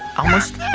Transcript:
almost.